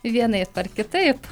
vienaip ar kitaip